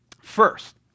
First